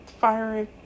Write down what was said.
firing